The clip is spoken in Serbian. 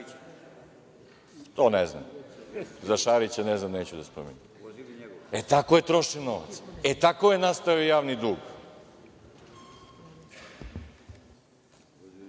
ne znam. Za Šarića ne znam, neću da spominjem. E, tako je trošen novac. E, tako je nastao javni